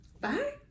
Bye